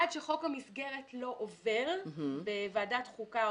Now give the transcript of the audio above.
עד שחוק המסגרת לא עובר בוועדת חוקה,